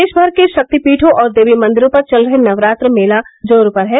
प्रदेश भर के शक्तिपीठों और देवी मंदिरों पर चल रहे नवरात्र मेला जोरों पर है